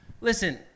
Listen